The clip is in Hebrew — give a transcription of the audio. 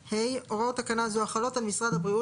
הוראות תקנה זו החלות על משרד הבריאות